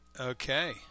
okay